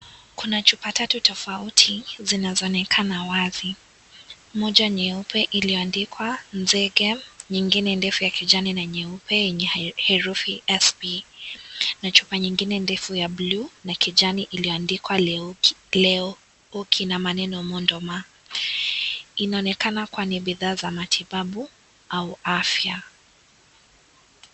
Kuna chupa tatu tofauti zinazoonekana wazi. Moja nyeupe iliyoandikwa nzeke nyingine ndefu ya kijani na nyeupe yenye herufi sp na chupa nyingine ndefu ya bluu na kijani iliyoandikwa leo. Inaonekana kuwa ni bidhaa za matibabu au afya.